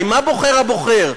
הרי מה בוחר הבוחר,